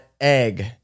egg